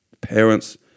parents